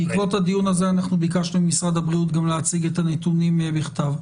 בעקבות הדיון הזה אנחנו ביקשנו ממשרד הבריאות גם להציג את הנתונים בכתב.